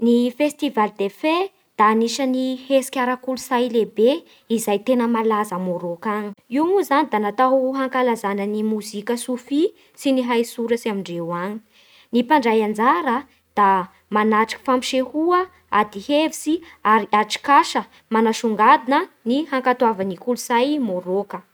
Ny festival des fée dia anisan'ny kolotsay lehibe izay tena malaza a Maroc any, io moa zany da natao hankalazany ny mozika soufi sy ny hay soratsy amindreo any, mpandray anjara da manatriky fampisehoa ady hevitsy ar atrik'asa manasongadina ny hankatoava ny kolotsay Moroka